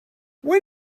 when